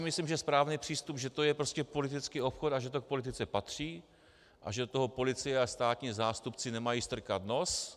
Myslím si, že správný přístup je, že to je prostě politický obchod a že to k politice patří a že do toho policie a státní zástupci nemají strkat nos.